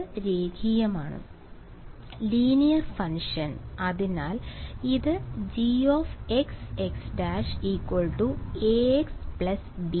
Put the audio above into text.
ഇത് രേഖീയമാണ് linear function അതിനാൽ ഇത് Gxx′ Ax B ആണെന്ന് എനിക്ക് പറയാം